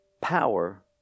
power